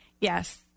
Yes